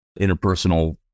interpersonal